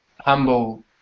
humble